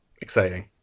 Exciting